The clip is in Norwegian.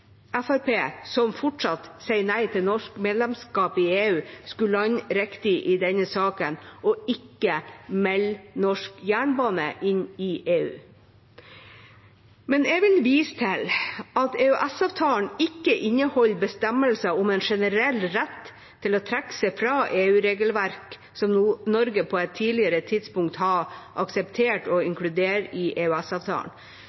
lande riktig i denne saken og ikke melde norsk jernbane inn i EU. Jeg vil vise til at EØS-avtalen ikke inneholder bestemmelser om en generell rett til å trekke seg fra EU-regelverk som Norge på et tidligere tidspunkt har akseptert